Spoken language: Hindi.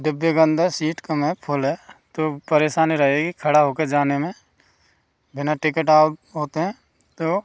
डिब्बे के अंदर सीट कम है फूल है तो परेशानी रहेगी खड़ा होके ज़ाने में बिना टिकट आउट होते हैं तो